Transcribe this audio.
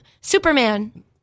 Superman